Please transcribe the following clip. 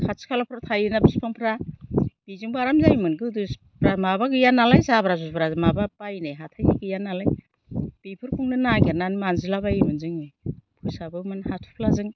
खाथि खाला फ्राव थायोना बिफांफ्रा बिजोंबो आराम जायोमोन गोदो माबा गैया नालाय जाब्रा जुब्रा माबा बायनाय हाथायनि गैया नालाय बेफोरखौनो नागिरनानै मानजिला बायोमोन जोङो फोसाबोमोन हाथफ्लाजों